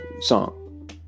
song